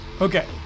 Okay